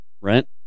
Rent